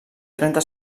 trenta